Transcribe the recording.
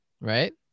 right